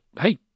hey